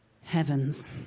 Heavens